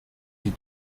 die